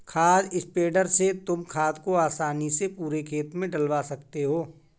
खाद स्प्रेडर से तुम खाद को आसानी से पूरे खेत में डलवा सकते हो